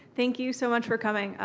thank you so much for coming.